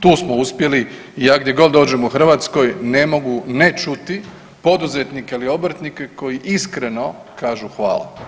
Tu smo uspjeli i ja gdje god dođem u Hrvatskoj ne mogu ne čuti poduzetnika ili obrtnika koji iskreno kažu hvala.